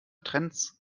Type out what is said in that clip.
trends